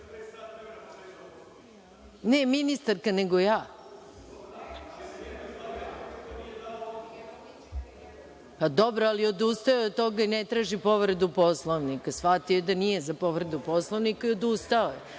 ministarka nego ja. Dobro, odustao je od toga i ne traži povredu Poslovnika. Shvatio je da nije za povredu Poslovnika i odustao je.